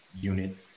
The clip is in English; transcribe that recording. unit